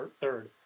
third